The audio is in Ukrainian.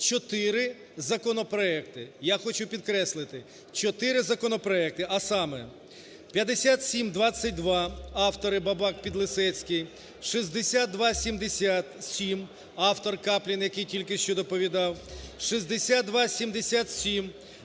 4 законопроекти. Я хочу підкреслити, 4 законопроекти, а саме: 5722 (автори: Бабак, Підлісецький), 6277 (автор – Каплін, який тільки що доповідав), 6277-1